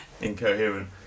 incoherent